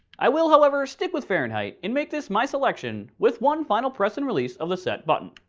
i will, however, stick with fahrenheit and make this my selection with one final press and release of the set button.